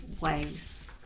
ways